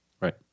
right